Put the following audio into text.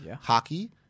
Hockey